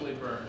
burn